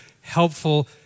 helpful